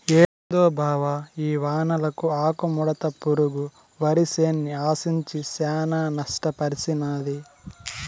ఏందో బావ ఈ వానలకు ఆకుముడత పురుగు వరిసేన్ని ఆశించి శానా నష్టపర్సినాది